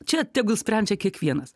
čia tegul sprendžia kiekvienas